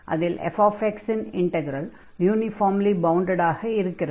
அதில் fx இன் integral uniformly bounded ஆக இருக்கிறது